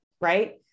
right